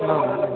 औ औ